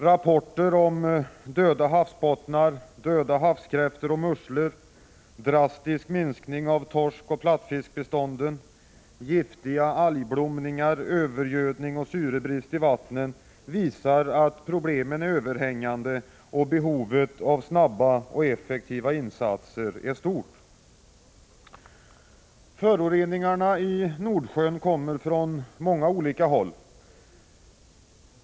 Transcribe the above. Rapporter om döda havsbottnar, döda havskräftor och musslor, drastisk minskning av torskoch plattfiskbestånden, giftiga algblomningar, övergödning och syrebrist i vattnet visar att problemen är överhängande och behovet av snabba och effektiva insatser stort. Föroreningarna i Nordsjön kommer från många olika håll.